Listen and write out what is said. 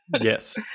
Yes